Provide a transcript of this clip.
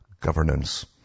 governance